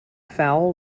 foul